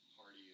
Hardy